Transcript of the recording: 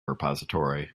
repository